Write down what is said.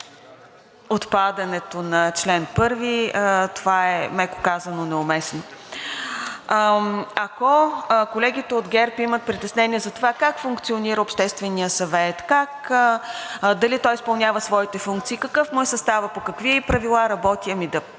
отпадането на чл. 1 – това е, меко казано, неуместно. Ако колегите от ГЕРБ имат притеснение за това как функционира Общественият съвет, дали той изпълнява своите функции, какъв му е съставът, по какви правила работи – да попитам